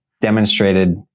demonstrated